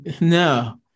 No